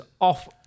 off